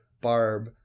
Barb